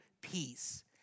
peace